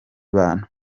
bantu